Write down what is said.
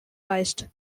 reicht